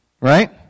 Right